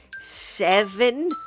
Seven